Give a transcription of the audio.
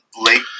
late